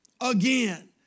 again